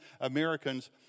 Americans